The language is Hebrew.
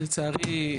לצערי,